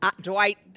Dwight